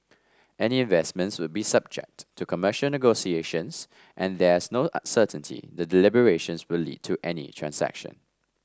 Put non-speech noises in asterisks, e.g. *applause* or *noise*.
any investments would be subject to commercial negotiations and there's no *unintelligible* certainty the deliberations will lead to any transaction